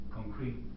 concrete